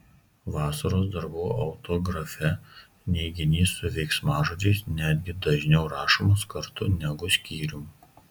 vasaros darbų autografe neiginys su veiksmažodžiais netgi dažniau rašomas kartu negu skyrium